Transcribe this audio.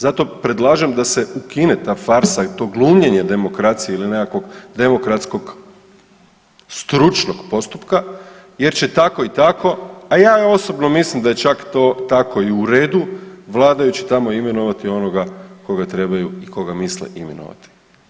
Zato predlažem da se ukine ta farsa i to glumljenje demokracije ili nekakvog demokratskog stručnog postupka, jer će tako i tako, a ja i osobno mislim da je čak to tako i u redu vladajući tamo imenovati onoga koga trebaju i koga misle imenovati.